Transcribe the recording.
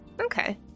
Okay